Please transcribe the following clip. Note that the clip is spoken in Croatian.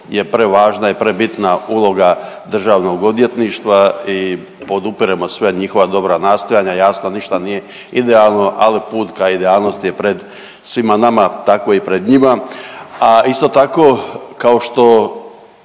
prevažna i prebitna uloga Državnog odvjetništva i podupiremo sve, njihova dobra nastojanja. Jasno ništa nije idealno, ali put ka idealnosti je pred svima nama tako i pred njima. A isto tako kao što